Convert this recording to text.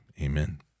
Amen